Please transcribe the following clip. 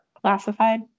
Classified